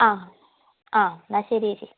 ആ ആ എന്നാൽ ശരി ചേച്ചി